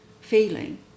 feeling